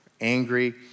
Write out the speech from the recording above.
angry